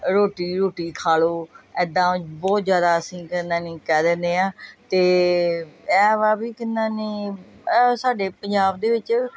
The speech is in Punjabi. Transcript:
ਰੋਟੀ ਰੂਟੀ ਖਾ ਲਓ ਐਦਾਂ ਬਹੁਤ ਜ਼ਿਆਦਾ ਅਸੀਂ ਕਹਿੰਦਾ ਨਹੀਂ ਕਹਿ ਦਿੰਦੇ ਹਾਂ ਅਤੇ ਇਹ ਵਾ ਵੀ ਕਿੰਨਾ ਨਹੀਂ ਸਾਡੇ ਪੰਜਾਬ ਦੇ ਵਿੱਚ